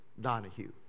Donahue